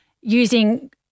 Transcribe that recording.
using